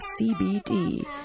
CBD